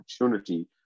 opportunity